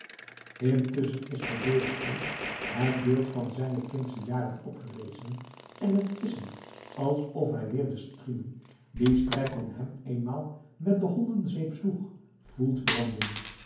intusschen is voor dorus geest het beeld van zijne kindsche jaren opgerezen en t is hem alsof hij weer de striemen die strijkman hem eenmaal met de hondenzweep sloeg voelt branden